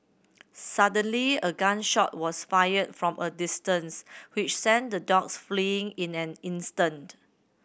suddenly a gun shot was fired from a distance which sent the dogs fleeing in an instant